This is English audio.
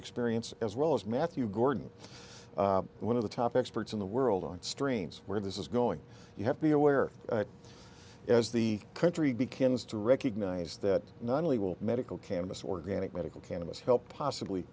experience as well as matthew gordon one of the top experts in the world on streams where this is going you have to be aware as the country begins to recognize that not only will medical cannabis organic medical cannabis help possibly